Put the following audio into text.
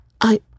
I